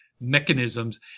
mechanisms